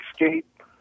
escape